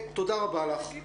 תודה רבה לך.